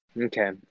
Okay